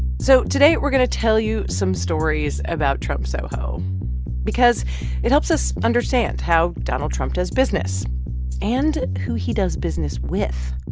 so today, we're going to tell you some stories about trump soho because it helps us understand how donald trump does business and who he does business with.